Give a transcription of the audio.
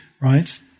right